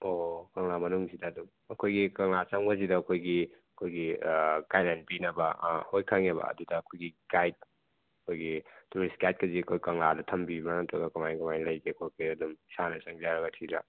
ꯑꯣ ꯑꯣ ꯀꯪꯂꯥ ꯃꯅꯨꯡꯁꯤꯗ ꯑꯗꯨꯝ ꯑꯩꯈꯣꯏꯒꯤ ꯀꯪꯂꯥ ꯆꯪꯕꯁꯤꯗ ꯑꯩꯈꯣꯏꯒꯤ ꯑꯩꯈꯣꯏꯒꯤ ꯒꯥꯏꯗꯂꯥꯏꯟ ꯄꯤꯅꯕ ꯍꯣꯏ ꯈꯪꯉꯦꯕ ꯑꯗꯨꯗ ꯑꯩꯈꯣꯏꯒꯤ ꯒꯥꯏꯗ ꯑꯩꯈꯣꯏꯒꯤ ꯇꯨꯔꯤꯁꯠ ꯒꯥꯏꯗꯀꯁꯦ ꯑꯩꯈꯣꯏ ꯀꯪꯂꯥꯗ ꯊꯝꯕꯤꯕ꯭ꯔꯥ ꯅꯠꯇ꯭ꯔꯒ ꯀꯃꯥꯏ ꯀꯃꯥꯏ ꯂꯩꯒꯦ ꯈꯣꯠꯀꯦ ꯑꯗꯨꯝ ꯏꯁꯥꯅ ꯆꯪꯖꯔꯒ ꯊꯤꯗ꯭ꯔꯥ